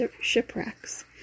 shipwrecks